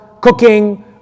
cooking